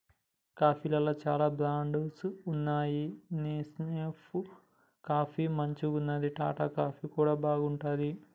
కాఫీలల్ల చాల బ్రాండ్స్ వున్నాయి నెస్కేఫ్ కాఫీ మంచిగుంటది, టాటా కాఫీ కూడా బాగుంటది